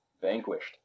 vanquished